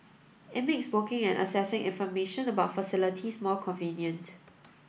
it makes booking and accessing information about facilities more convenient